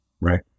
Right